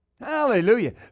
Hallelujah